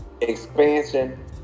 expansion